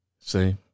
See